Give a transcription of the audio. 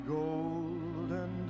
golden